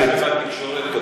יש שילוט באנגלית ובעברית.